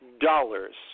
dollars